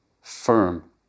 firm